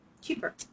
cheaper